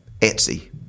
Etsy